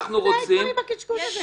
אנחנו רוצים --- די כבר עם הקשקוש הזה.